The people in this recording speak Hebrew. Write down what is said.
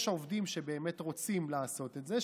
יש עובדים שבאמת רוצים לעשות את זה,